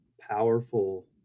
powerful